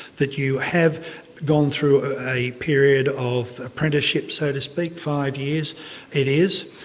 that you have gone through a period of apprenticeship, so to speak, five years it is,